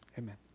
Amen